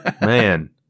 man